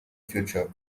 future